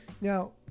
Now